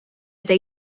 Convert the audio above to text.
eta